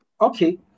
okay